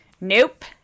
Nope